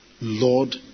Lord